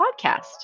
podcast